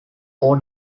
four